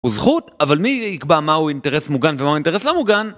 הוא זכות, אבל מי יקבע מהו אינטרס מוגן ומהו אינטרס לא מוגן?